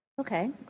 Okay